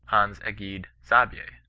hans egede saabye,